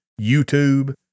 YouTube